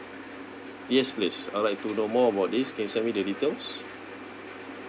yes please I'd like to know more about this can you send me the details